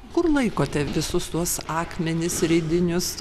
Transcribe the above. kur laikote visus tuos akmenis ridinius